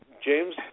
James